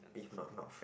if not not fair